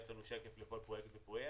יש לנו שקף על כל פרויקט ופרויקט.